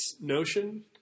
notion